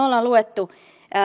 olemme lukeneet